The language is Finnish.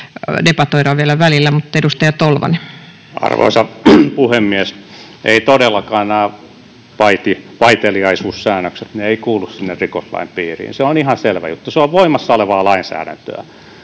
debatoidaan vielä välillä. Arvoisa puhemies! Eivät todellakaan nämä vaiteliaisuussäännökset kuulu sinne rikoslain piiriin — se on ihan selvä juttu, se on voimassa olevaa lainsäädäntöä.